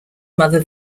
mother